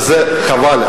וזה חבל.